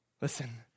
Listen